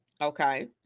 Okay